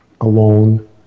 alone